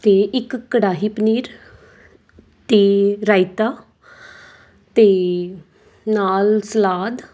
ਅਤੇ ਇੱਕ ਕੜਾਹੀ ਪਨੀਰ ਅਤੇ ਰਾਇਤਾ ਅਤੇ ਨਾਲ ਸਲਾਦ